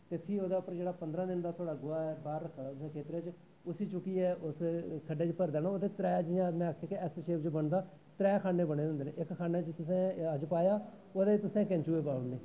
ते फ्ही ओह्दै उप्पर जेह्ड़ा पंदरां दिन दा गोहा ऐ ओह् बाह्र रक्खे दा खेत्तरै बिच्च चुक्कियै खड्डै बिच्च पाना जियां में आक्केआ कि ऐस शेप च बनदा त्रै खान्ने बने दे होंदे न इक बिच्च तुसैं कैंचुए पाई ओड़नें